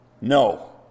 No